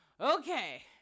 Okay